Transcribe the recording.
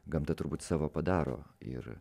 gamta turbūt savo padaro ir